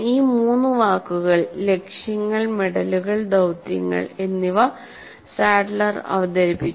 ഈ മൂന്ന് വാക്കുകൾ ലക്ഷ്യങ്ങൾ മെഡലുകൾ ദൌത്യങ്ങൾ എന്നിവ സാഡ്ലർ അവതരിപ്പിച്ചു